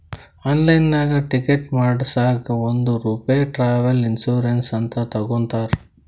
ಆನ್ಲೈನ್ನಾಗ್ ಟಿಕೆಟ್ ಮಾಡಸಾಗ್ ಒಂದ್ ರೂಪೆ ಟ್ರಾವೆಲ್ ಇನ್ಸೂರೆನ್ಸ್ ಅಂತ್ ತಗೊತಾರ್